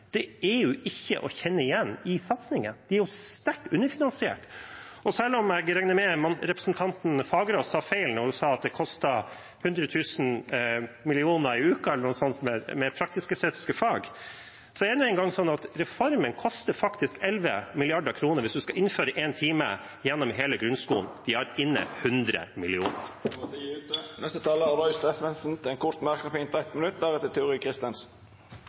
er det ikke å kjenne igjen i satsingen. Det er jo sterkt underfinansiert. Og selv om jeg regner med at representanten Fagerås sa feil da hun sa at det kostet 100 mill. kr i uken med praktisk-estetiske fag, er det nå en gang sånn at reformen faktisk koster 11 mrd. kr hvis man skal innføre én time gjennom hele grunnskolen. De har inne 100 mill. kr. Representanten Roy Steffensen har hatt ordet to gonger før og får ordet til ein kort merknad, avgrensa til 1 minutt.